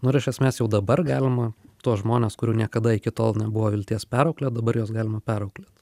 nu ir iš esmės jau dabar galima tuos žmones kurių niekada iki tol nebuvo vilties perauklėt dabar juos galima perauklėt